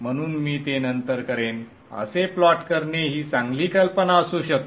म्हणून मी ते नंतर करेन असे प्लॉट करणे ही चांगली कल्पना असू शकते